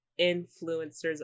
influencers